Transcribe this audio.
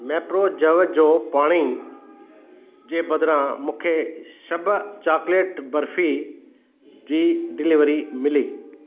मेप्रो जव जो पाणी जे बदिरां मूंखे शब चॉकलेट बर्फी जी डिलीवरी मिली